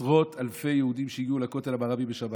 עשרות אלפי יהודים הגיעו לכותל המערבי בשבת.